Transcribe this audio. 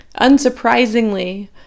Unsurprisingly